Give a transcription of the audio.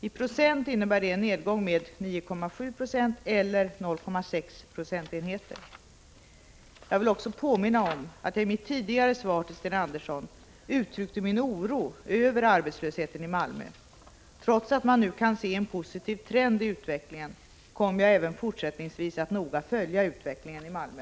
I procent innebär det en nedgång med 9,7 96 eller 0,6 procentenheter. Jag vill också påminna om att jag i mitt tidigare svar till Sten Andersson uttryckte min oro över arbetslösheten i Malmö. Trots att man nu kan se en positiv trend i utvecklingen kommer jag även fortsättningsvis att noga följa utvecklingen i Malmö.